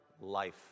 life